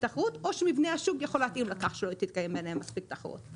תחרות או שמבנה השוק יכול להתאים לכך שלא תתקיים ביניהם מספיק תחרות.